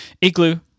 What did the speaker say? Igloo